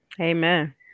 Amen